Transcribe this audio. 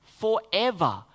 Forever